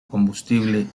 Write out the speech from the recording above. combustible